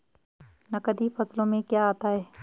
नकदी फसलों में क्या आता है?